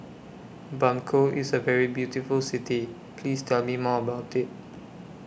Bamako IS A very beautiful City Please Tell Me More about IT